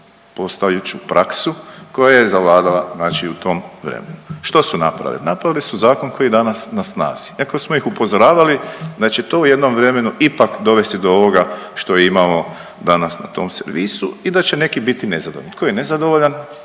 postajuću praksu koja je zavladala znači u tom vremenu. Što su napravili? Napravili su zakon koji je danas na snazi iako smo ih upozoravali da će to u jednom vremenu ipak dovesti do ovoga što imamo danas na tom servisu i da će neki biti nezadovoljni,